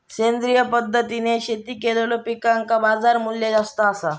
सेंद्रिय पद्धतीने शेती केलेलो पिकांका बाजारमूल्य जास्त आसा